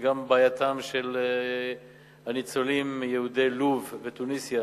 שגם בעייתם של הניצולים יהודי לוב ותוניסיה